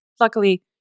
luckily